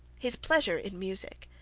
his pleasure in music,